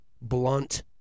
blunt